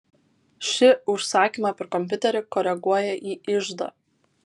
ši užsakymą per kompiuterį koreguoja į iždą